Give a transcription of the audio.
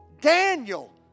Daniel